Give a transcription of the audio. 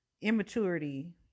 immaturity